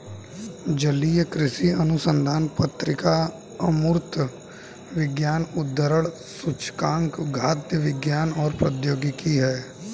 जलीय कृषि अनुसंधान पत्रिका अमूर्त विज्ञान उद्धरण सूचकांक खाद्य विज्ञान और प्रौद्योगिकी है